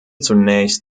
zunächst